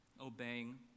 obeying